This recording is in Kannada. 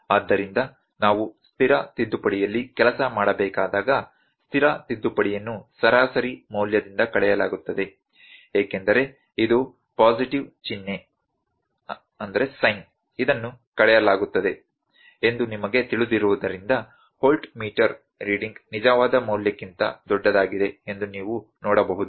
ಆದ್ದರಿಂದ ನಾವು ಸ್ಥಿರ ತಿದ್ದುಪಡಿಯಲ್ಲಿ ಕೆಲಸ ಮಾಡಬೇಕಾದಾಗ ಸ್ಥಿರ ತಿದ್ದುಪಡಿಯನ್ನು ಸರಾಸರಿ ಮೌಲ್ಯದಿಂದ ಕಳೆಯಲಾಗುತ್ತದೆ ಏಕೆಂದರೆ ಇದು ಪಾಸಿಟಿವ್ ಚಿಹ್ನೆ ಇದನ್ನು ಕಳೆಯಲಾಗುತ್ತದೆ ಎಂದು ನಿಮಗೆ ತಿಳಿದಿರುವುದರಿಂದ ವೋಲ್ಟ್ಮೀಟರ್ ರೀಡಿಂಗ್ ನಿಜವಾದ ಮೌಲ್ಯಕ್ಕಿಂತ ದೊಡ್ಡದಾಗಿದೆ ಎಂದು ನೀವು ನೋಡಬಹುದು